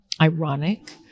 ironic